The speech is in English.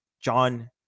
John